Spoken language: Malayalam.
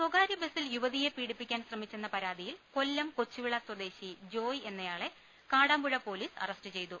സ്വകാര്യ ബസിൽ യുവതിയെ പീഡിപ്പിക്കാൻ ശ്രമിച്ചെന്ന പരാ തിയിൽ കൊല്ലം കൊച്ചുവിള സ്വദേശി ജോയ് എന്നയാളെ കാടാമ്പുഴ പൊലീസ് അറസ്റ്റ് ചെയ്തു